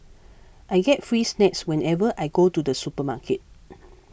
I get free snacks whenever I go to the supermarket